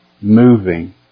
moving